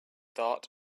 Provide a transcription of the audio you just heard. thought